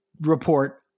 report